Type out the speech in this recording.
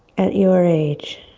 at your age,